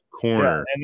corner